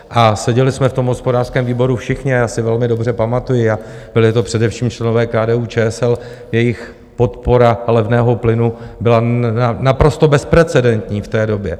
A seděli jsme v tom hospodářském výboru všichni a já si velmi dobře pamatuji, a byli to především členové KDUČSL, jejich podpora levného plynu byla naprosto bezprecedentní v té době.